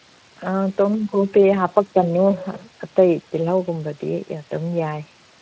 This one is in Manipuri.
ꯑ ꯇꯨꯡꯅꯤꯡꯈꯣꯛꯇꯤ ꯍꯥꯞꯄꯛꯀꯅꯨ ꯑꯇꯩ ꯇꯤꯜꯍꯧꯒꯨꯝꯕꯗꯤ ꯑꯗꯨꯝ ꯌꯥꯏ